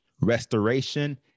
restoration